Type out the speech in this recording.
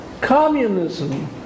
communism